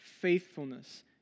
faithfulness